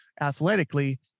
athletically